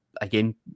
Again